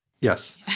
Yes